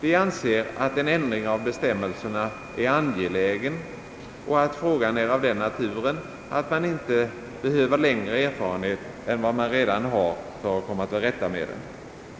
Vi anser dels att en ändring av bestämmelserna är angelägen, dels att frågan är av den naturen att man inte behöver längre erfarenhet än vad man redan nu har för att komma till rätta med den.